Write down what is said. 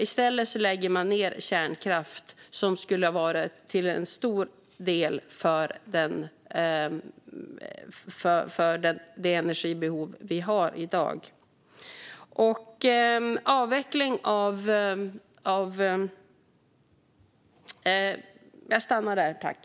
I stället lägger man ned kärnkraft som skulle kunna täcka en stor del av det energibehov vi har i dag.